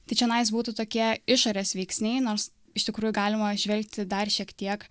tai čionais būtų tokie išorės veiksniai nors iš tikrųjų galima žvelgti dar šiek tiek